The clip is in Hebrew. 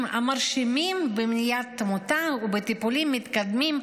מרשימים במניעת תמותה ובטיפולים מתקדמים,